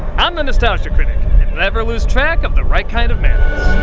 i'm the nostalgia critic and never lose track of the right kind of madness.